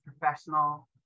professional